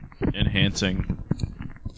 Enhancing